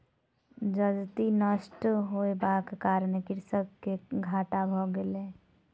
जजति नष्ट होयबाक कारणेँ कृषक के घाटा भ गेलै